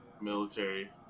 military